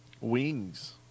Wings